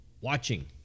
watching